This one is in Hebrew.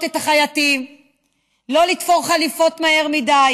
את החייטים שלא לתפור חליפות מהר מדי.